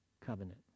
Covenant